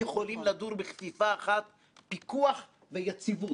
שאמורה להיות זו שמשכללת ומנקה ומסדרת.